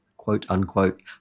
quote-unquote